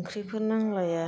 ओंख्रिफोर नांलाया